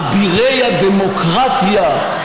אבירי הדמוקרטיה,